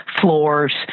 floors